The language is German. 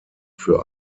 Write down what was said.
für